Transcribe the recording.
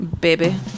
baby